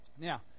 now